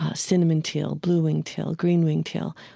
ah cinnamon teal, blue-winged teal, green-winged teal.